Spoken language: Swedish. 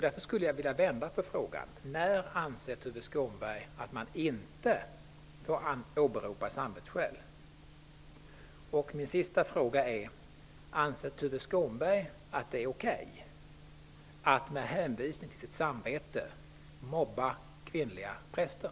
Därför vill jag vända på frågan: När anser Tuve Skånbeg att man inte får åberopa samvetsskäl? Min sista fråga är: Anser Tuve Skånberg att det är okej att med hänvisning till sitt samvete mobba kvinnliga präster?